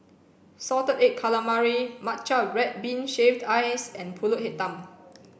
salted egg calamari matcha red bean shaved ice and pulut hitam